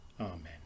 amen